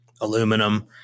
aluminum